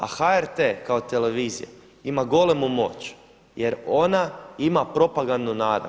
A HRT kao televizija ima golemu moć jer ona ima propagandnu narav.